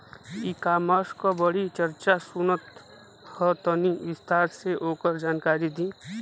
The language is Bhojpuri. ई कॉमर्स क बड़ी चर्चा सुनात ह तनि विस्तार से ओकर जानकारी दी?